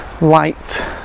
light